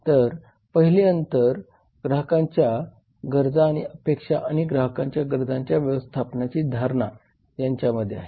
तर पहिले अंतर ग्राहकांच्या गरजा आणि अपेक्षा आणि ग्राहकांच्या गरजांची व्यवस्थापनाची धारणा यांच्यामध्ये आहे